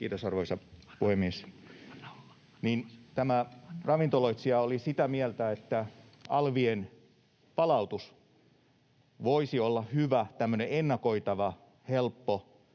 Kiitos, arvoisa puhemies! Niin, tämä ravintoloitsija oli sitä mieltä, että alvien palautus voisi olla hyvä, ennakoitava, helppo,